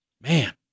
man